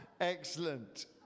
Excellent